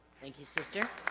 thank you sister